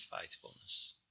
faithfulness